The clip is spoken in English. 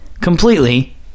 completely